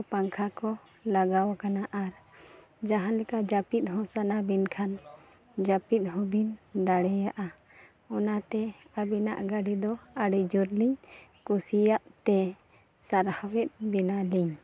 ᱠᱚ ᱯᱟᱝᱠᱷᱟ ᱠᱚ ᱞᱟᱜᱟᱣ ᱟᱠᱟᱱᱟ ᱟᱨ ᱡᱟᱦᱟᱸᱞᱮᱠᱟ ᱡᱟᱹᱯᱤᱫᱦᱚᱸ ᱥᱟᱱᱟ ᱵᱤᱱ ᱠᱷᱟᱱ ᱡᱟᱹᱯᱤᱫ ᱦᱚᱸᱵᱤᱱ ᱫᱟᱲᱮᱭᱟᱜᱼᱟ ᱚᱱᱟᱛᱮ ᱟᱹᱵᱤᱱᱟᱜ ᱜᱟᱹᱰᱤᱫᱚ ᱟᱹᱰᱤ ᱡᱳᱨᱞᱤᱧ ᱠᱩᱥᱤᱭᱟᱜᱛᱮ ᱥᱟᱨᱦᱟᱣᱮᱫ ᱵᱮᱱᱟᱞᱤᱧ